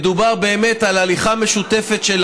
מדובר באמת על הליכה משותפת של